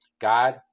God